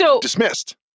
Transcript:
Dismissed